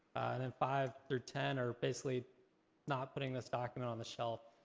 then five through ten are basically not putting the stocking and on the shelf.